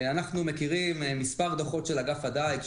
אנחנו מכירים כמה דוחות של אגף הדייג,